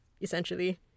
Essentially